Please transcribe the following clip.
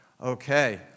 Okay